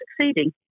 succeeding